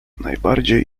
najbardziej